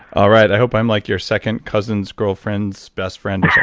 all right. i hope i'm like your second cousin's girlfriend's best friend.